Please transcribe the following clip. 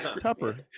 Tupper